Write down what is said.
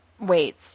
weights